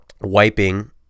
wiping